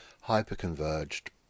hyper-converged